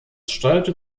steuerte